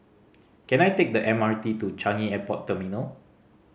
can I take the M R T to Changi Airport Terminal